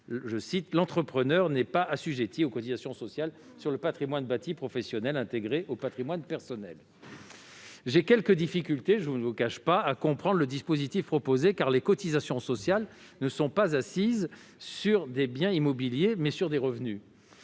de décès, « l'entrepreneur n'est pas assujetti aux cotisations sociales sur le patrimoine bâti professionnel intégré au patrimoine personnel ». J'ai quelque difficulté à comprendre le dispositif proposé, car les cotisations sociales ne sont pas assises sur des biens immobiliers, mais sont assises